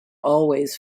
always